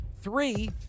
three